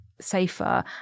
safer